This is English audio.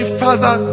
father